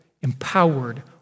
empowered